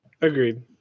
Agreed